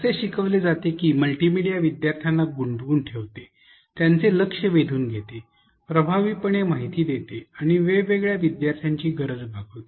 असे शिकवले जाते की मल्टीमीडिया विद्यार्थ्यांना गुंतवून ठेवते त्यांचे लक्ष वेधून घेते प्रभावीपणे माहिती देते आणि वेगवेगळ्या विद्यार्थ्यांची गरज भागवते